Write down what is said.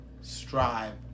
strive